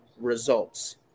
results